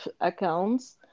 accounts